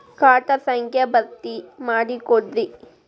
ಖಾತಾ ಸಂಖ್ಯಾ ಭರ್ತಿ ಮಾಡಿಕೊಡ್ರಿ